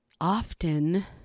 often